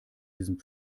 diesem